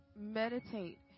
meditate